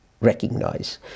recognize